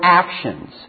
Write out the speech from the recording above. actions